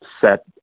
set